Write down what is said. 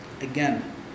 Again